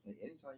Anytime